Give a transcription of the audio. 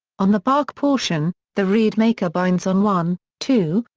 on the bark portion, the reed maker binds on one, two,